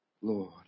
Lord